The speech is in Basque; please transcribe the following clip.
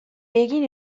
egin